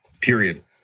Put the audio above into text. period